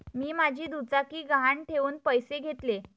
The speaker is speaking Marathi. मी माझी दुचाकी गहाण ठेवून पैसे घेतले